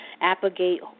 Applegate